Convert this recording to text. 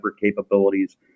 capabilities